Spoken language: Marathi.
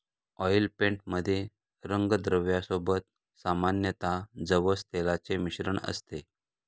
ऑइल पेंट मध्ये रंगद्रव्या सोबत सामान्यतः जवस तेलाचे मिश्रण असते